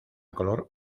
color